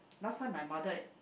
last time my mother